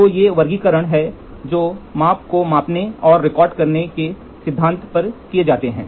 तो ये वर्गीकरण हैं जो माप को मापने और रिकॉर्ड करने के सिद्धांत पर किए जाते हैं